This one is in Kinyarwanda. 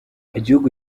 igihugu